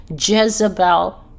Jezebel